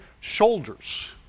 shoulders